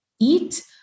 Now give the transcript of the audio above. eat